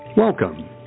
Welcome